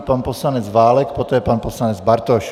Pan poslanec Válek, poté pan poslanec Bartoš.